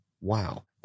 Wow